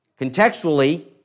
Contextually